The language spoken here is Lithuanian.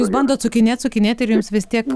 jūs bandote sukinėt sukinėt ir jums vis tiek